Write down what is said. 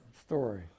story